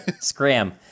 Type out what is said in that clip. Scram